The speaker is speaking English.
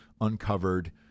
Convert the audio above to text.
uncovered